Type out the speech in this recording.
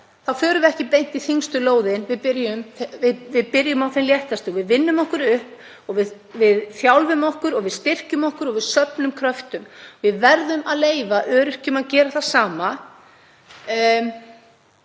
förum við ekki beint í þyngstu lóðin. Við byrjum á þeim léttustu og við vinnum okkur upp og við þjálfum okkur og við styrkjum okkur og við söfnum kröftum. Við verðum að leyfa öryrkjum að gera það sama.